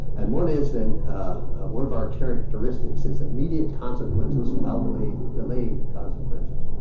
and one is, and one of our characteristics, is that immediate consequences outweigh delayed consequences.